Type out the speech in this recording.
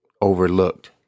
overlooked